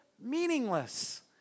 meaningless